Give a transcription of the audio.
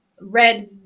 red